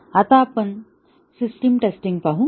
आता आपण system testing पाहू